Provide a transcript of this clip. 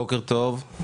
בוקר טוב.